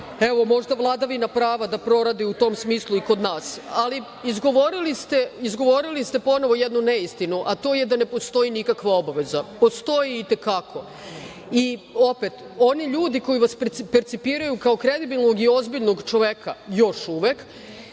Možda vladavina prava da proradi u tom smislu i kod nas. Izgovorili ste ponovo jednu neistinu, a to je da ne postoji nikakva obaveza. Postoji i te kako. Opet oni ljudi koji vas percipiraju kao kredibilnog i ozbiljnog čoveka, još uvek,